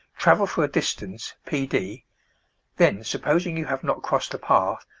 travel for a distance, p d then supposing you have not crossed the path,